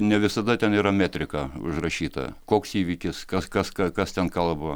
ne visada ten yra metrika užrašyta koks įvykis kas kas ką kas ten kalba